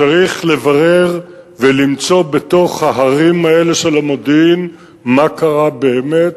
צריך לברר ולמצוא בתוך ההרים האלה של המודיעין מה קרה באמת.